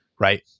Right